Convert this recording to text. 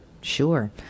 sure